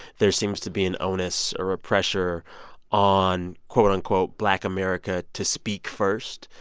there seems to be an onus or a pressure on, quote, unquote, black america to speak first.